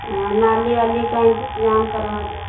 हाँ नाली वाली का इंतजाम करवाय दो